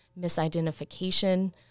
misidentification